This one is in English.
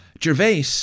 Gervais